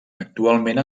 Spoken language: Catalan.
actualment